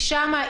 כי שם,